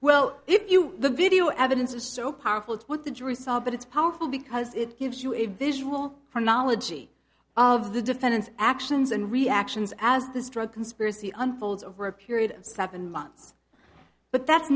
well if you the video evidence is so powerful that what the jury saw but it's powerful because it gives you a visual phonology of the defendant's actions and reactions as this drug conspiracy unfolds over a period of seven months but that's